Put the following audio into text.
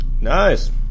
Nice